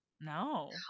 No